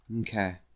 Okay